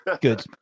Good